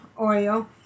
oil